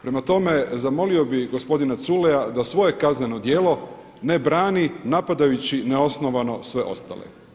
Prema tome zamolio bih gospodina Culeja da svoje kazneno djelo ne brani napadajući neosnovano sve ostale.